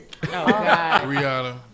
Rihanna